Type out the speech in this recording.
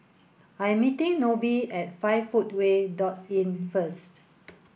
I am meeting Nobie at five footway dot Inn first